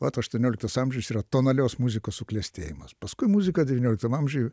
vat aštuonioliktas amžius yra tonalios muzikos suklestėjimas paskui muzika devynioliktam amžiui